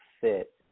fit